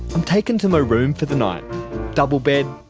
i'm taken to my room for the night double bed,